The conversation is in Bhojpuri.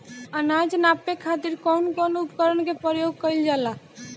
अनाज नापे खातीर कउन कउन उपकरण के प्रयोग कइल जाला?